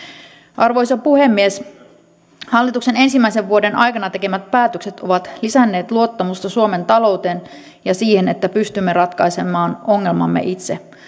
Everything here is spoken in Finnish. arvoisa puhemies hallituksen ensimmäisen vuoden aikana tekemät päätökset ovat lisänneet luottamusta suomen talouteen ja siihen että pystymme ratkaisemaan ongelmamme itse